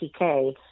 TK